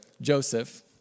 Joseph